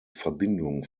verbindung